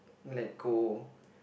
let go